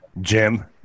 Jim